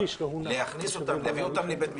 להביא אותם לבית משפט,